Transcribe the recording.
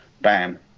bam